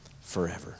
forever